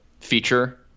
feature